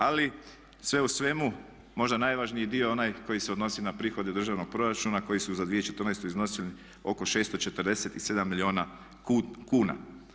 Ali sve u svemu, možda najvažniji dio onaj koji se odnosi na prihode državnog proračuna koji su za 2014. iznosili oko 647 milijuna kuna.